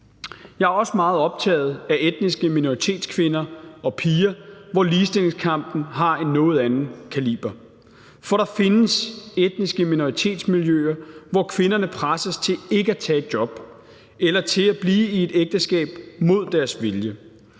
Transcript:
Jeg er også meget optaget af etniske minoritetskvinder og -piger, hvor ligestillingskampen er af en noget anden kaliber. For der findes etniske minoritetsmiljøer, hvor kvinderne presses til ikke at tage et job eller til at blive i et ægteskab mod deres vilje.